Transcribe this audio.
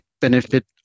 benefit